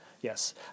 Yes